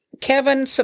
Kevin